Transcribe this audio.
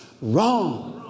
Wrong